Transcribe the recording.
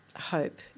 hope